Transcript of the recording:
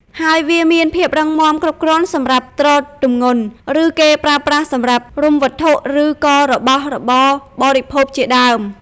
ហើយវាមានភាពរឹងមាំគ្រប់គ្រាន់សម្រាប់ទ្រទម្ងន់ ឬគេប្រើប្រាស់សម្រាប់រុំវត្ងុឬក៏របស់របរបរិភោគជាដើម។